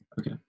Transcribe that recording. Okay